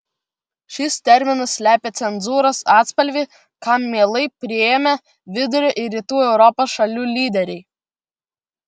šis terminas slepia cenzūros atspalvį kam mielai priėmė vidurio ir rytų europos šalių lyderiai